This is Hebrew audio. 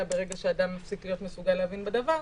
ברגע שאדם מפסיק להיות מסוגל להבין בדבר,